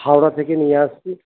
হাওড়া থেকে নিয়ে আসছি